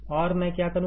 और मैं क्या करूंगा